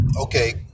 okay